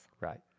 right